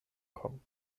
kommen